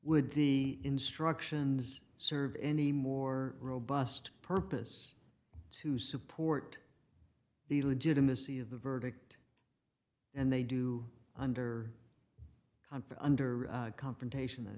would the instructions serve any more robust purpose to support the legitimacy of the verdict and they do under the under confrontation a